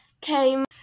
came